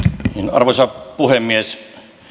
arvoisa puhemies